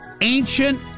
ancient